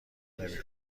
نمی